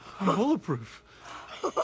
Bulletproof